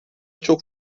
çok